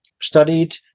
studied